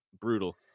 Brutal